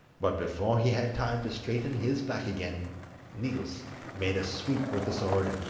but before he had time to straighten his back again niels made a sweep with the sword,